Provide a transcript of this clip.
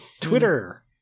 Twitter